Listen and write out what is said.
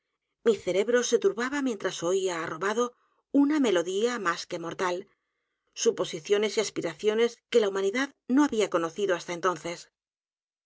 mi cerebro se turbaba mientras oía arrobado u n a melodía m á s que m o r t a l suposiciones y aspiraciones que la humanidad no había conocido hasta entonces